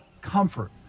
comfort